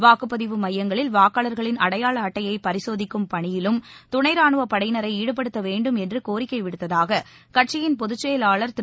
வாக்குப்பதிவு மையங்களில் வாக்காளர்களின் அடையாள அட்டையை பரிசோதிக்கும் பணியில் துணை ரானுவப் படையினரை ஈடுபடுத்த வேண்டும் என்று கோரிக்கை விடுத்ததாக கட்சியின் பொதுச் செயலாளர் திரு